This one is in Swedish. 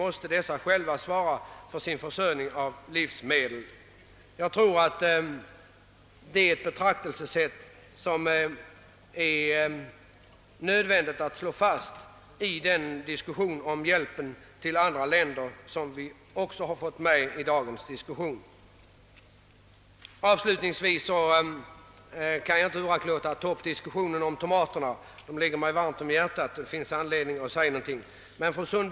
Mycket mer skulle vara att säga i denna mycket stora fråga. Jag skall emellertid begränsa mig till det sagda och endast instämma i vad utskottet framhållit i fråga om rationaliseringsmålsättningen, nämligen att rationaliseringsåtgärderna främst bör inriktas på att bygga upp bärkraftiga familjejordbruk.